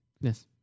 Yes